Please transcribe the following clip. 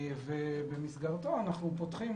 במסגרתו אנחנו פותחים,